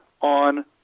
on